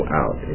out